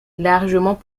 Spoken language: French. largement